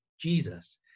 Jesus